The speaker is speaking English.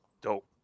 dope